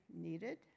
needed